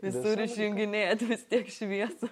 visur išjunginėjat vis tiek šviesu